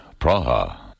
Praha